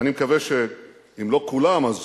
אני מקווה שאם לא כולם אז